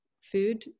food